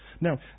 Now